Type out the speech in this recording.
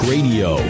Radio